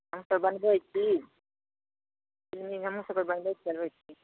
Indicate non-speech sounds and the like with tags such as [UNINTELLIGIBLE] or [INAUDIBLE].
हमसब बनबै छी [UNINTELLIGIBLE]